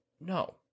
No